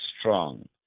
strong